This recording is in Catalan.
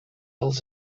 als